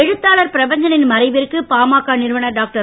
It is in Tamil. எழுத்தாளர் பிரபஞ்சனின் மறைவிற்கு பாமக நிறுவனர் டாக்டர்